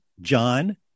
John